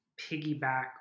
piggyback